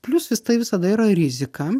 pliusas tai visada yra rizika